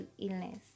illness